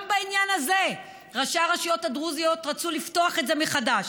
גם בעניין הזה ראשי הרשויות הדרוזיות רצו לפתוח את זה מחדש,